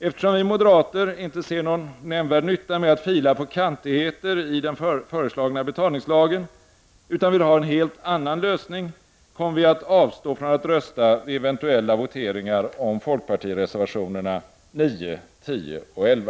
Eftersom vi moderater inte ser någon nämnvärd nytta med att fila på kantigheter i den föreslagna betalningslagen utan vill ha en helt annan lösning, kommer vi att avstå från att rösta vid eventuella voteringar om folkpartireservationerna 9, 10 och 11.